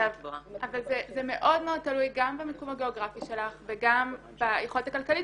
זה מאוד מאוד תלוי גם במיקום הגיאוגרפי שלך וגם ביכולת הכלכלית